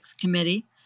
committee